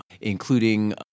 including